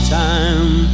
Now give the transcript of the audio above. time